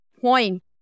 point